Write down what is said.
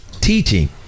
teaching